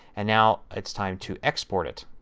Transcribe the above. and now it's time to export it.